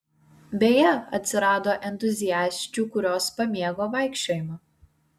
beje atsirado entuziasčių kurios pamėgo vaikščiojimą